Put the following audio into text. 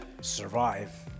survive